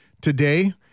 Today